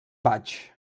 vaig